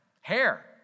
Hair